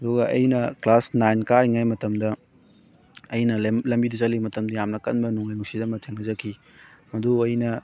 ꯑꯗꯨꯒ ꯑꯩꯅ class nine ꯀꯥꯔꯤꯉꯩ ꯃꯇꯝꯗ ꯑꯩꯅ ꯂꯝꯕꯤꯗ ꯆꯠꯂꯤ ꯃꯇꯝꯗ ꯌꯥꯝꯅ ꯀꯟꯕ ꯅꯣꯡꯂꯩ ꯅꯨꯡꯁꯤꯠ ꯑꯃ ꯊꯦꯡꯅꯖꯈꯤ ꯑꯗꯨꯕꯨ ꯑꯩꯅ